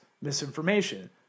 misinformation